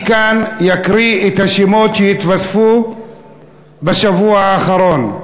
אני כאן אקריא את השמות שהתווספו בשבוע האחרון.